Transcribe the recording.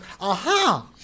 aha